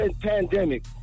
pandemic